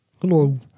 Hello